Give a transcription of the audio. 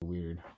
Weird